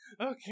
Okay